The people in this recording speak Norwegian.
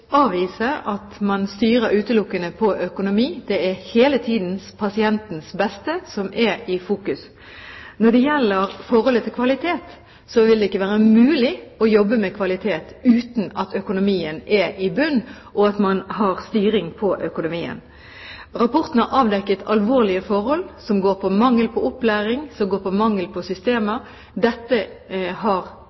at man styrer utelukkende ut fra økonomi. Det er hele tiden pasientenes beste som er i fokus. Når det gjelder forholdet til kvalitet, vil det ikke være mulig å jobbe med kvalitet uten at økonomien er i bunnen, og uten at man har styring på økonomien. Rapporten har avdekket alvorlige forhold, som går på mangel på opplæring og mangel på systemer. Dette har